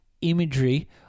imagery